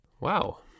Wow